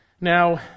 Now